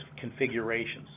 configurations